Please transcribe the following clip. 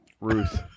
Ruth